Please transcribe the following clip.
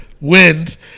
wins